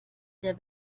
der